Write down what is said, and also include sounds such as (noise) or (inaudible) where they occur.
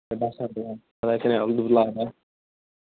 ہَے بَس ہا دُعا خداے تھٲوِنےَ (unintelligible)